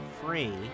free